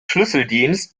schlüsseldienst